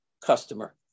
customer